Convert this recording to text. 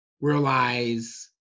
realize